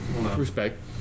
Respect